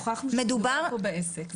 הוכחנו שמדובר פה בעסק.